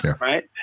right